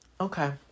Okay